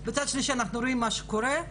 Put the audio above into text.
מצד שלישי אנחנו רואים מה שקורה,